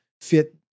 fit